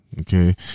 okay